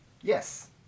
Yes